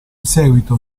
seguito